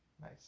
Nice